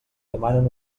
demanen